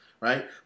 right